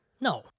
No